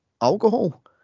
alcohol